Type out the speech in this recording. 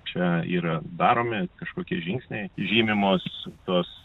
čia yra daromi kažkokie žingsniai žymimos tos